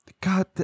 God